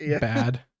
bad